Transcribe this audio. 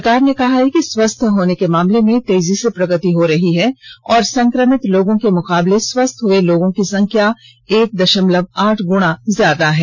सरकार ने कहा कि स्वस्थ होने के मामले में तेजी से प्रगति हो रही है और संक्रमित लोगों के मुकाबले स्वस्थ हए लोगों की संख्या एक दशमलव आठ गुणा ज्यादा हैं